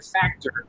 factor